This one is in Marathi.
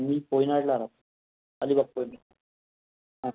मी कोयनाडला राहतो अलिबाग कोयनाड हां